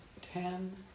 ten